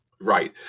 Right